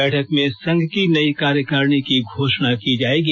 बैठक में संघ की नयी कार्यकारिणी की घोषणा की जायेगी